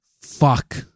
Fuck